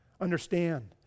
Understand